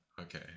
Okay